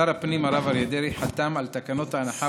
שר הפנים הרב אריה דרעי חתם על תקנות ההנחה